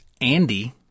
Andy